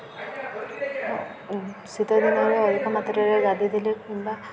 ଶୀତ ଦିନରେ ଅଧିକ ମାତ୍ରାରେ ଗାଧୋଇଦେଲେ କିମ୍ବା